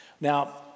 Now